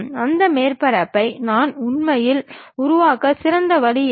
அந்த மேற்பரப்பை நான் உண்மையில் உருவாக்க சிறந்த வழி எது